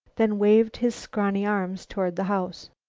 then waved his scrawny arms toward the house.